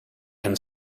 can